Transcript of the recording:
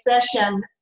session